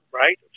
right